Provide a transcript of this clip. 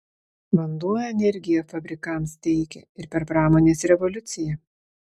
vanduo energiją fabrikams teikė ir per pramonės revoliuciją